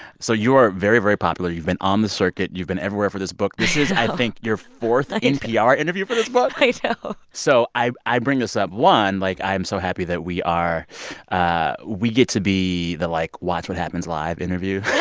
so you are very, very popular. you've been on the circuit. you've been everywhere for this book this is, i think, your fourth npr interview for this book? i so know so i i bring this up one, like, i'm so happy that we are ah we get to be the, like, watch what happens live interview. yeah